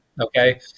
okay